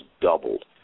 doubled